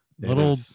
little